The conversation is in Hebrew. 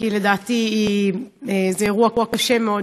כי לדעתי זה אירוע קשה מאוד,